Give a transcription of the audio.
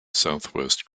southwest